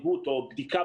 הגדירה אילו ענפים זכאים